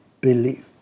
believe